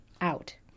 out